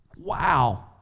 Wow